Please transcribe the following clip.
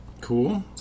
Cool